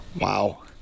wow